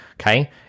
Okay